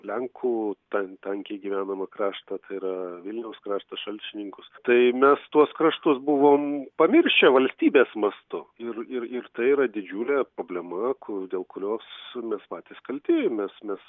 lenkų tan tankiai gyvenamą kraštątai yra vilniaus kraštą šalčininkus tai mes tuos kraštus buvom pamiršę valstybės mastu ir ir tai yra didžiulė problema kur dėl kurios mes patys kalti mes mes